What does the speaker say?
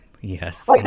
yes